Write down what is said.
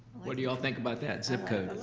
what do you all think about that zip code?